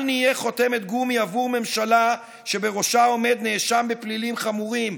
אל נהיה חותמת גומי עבור ממשלה שבראשה עומד נאשם בפלילים חמורים.